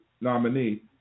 nominee